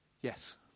Yes